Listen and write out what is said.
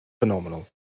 phenomenal